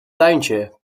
tuintje